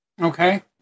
Okay